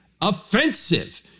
offensive